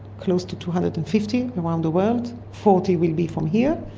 close to two hundred and fifty around the world, forty will be from here,